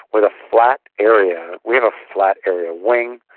with a flat area we have a flat area wing,